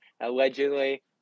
allegedly